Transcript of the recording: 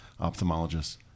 ophthalmologists